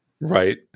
right